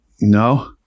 No